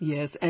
Yes